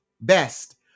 best